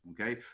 okay